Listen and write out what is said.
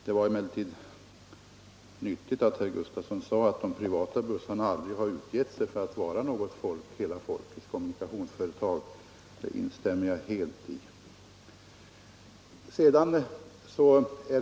Det var emellertid riktigt att herr Gustavsson sade att de privata busslinjeföretagen aldrig utgivit sig för att vara något hela folkets kommunikationsföretag. Det instämmer jag fullt i.